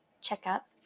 checkup